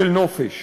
של נופש.